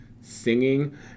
singing